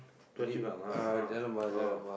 Choa-Chu-Kang ah ah ah